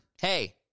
hey